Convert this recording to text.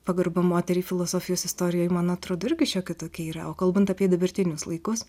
pagarba moteriai filosofijos istorijoj man atrodo irgi šiokia tokia yra o kalbant apie dabartinius laikus